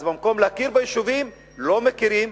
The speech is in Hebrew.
אז במקום להכיר ביישובים, לא מכירים,